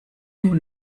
nun